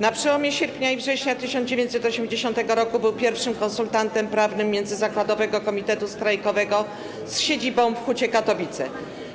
Na przełomie sierpnia i września 1980 r. był pierwszym konsultantem prawnym Międzyzakładowego Komitetu Strajkowego z siedzibą w Hucie Katowice,